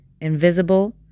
Invisible